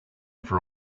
for